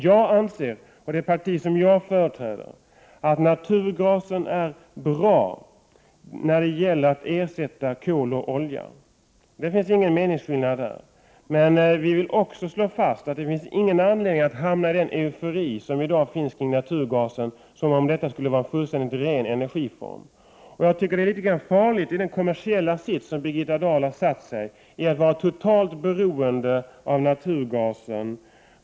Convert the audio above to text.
Jag och det parti som jag företräder anser att naturgasen är bra när det gäller att ersätta kol och olja. Det finns ingen meningsskillnad i det avseendet. Men för den skull finns det ingen anledning att riskera att hamna i den eufori som i dag finns när det gäller naturgasen — som om denna skulle vara en fullständigt ren energi. Jag tycker att det är litet farligt, med tanke på den kommersiella situation som Birgitta Dahl nu har försatt sig i, att vara totalt beroende av naturgas.